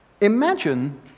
Imagine